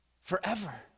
forever